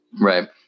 Right